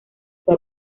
fue